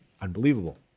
Unbelievable